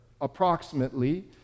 approximately